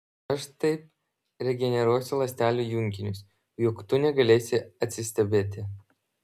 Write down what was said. aš taip regeneruosiu ląstelių junginius jog tu negalėsi atsistebėti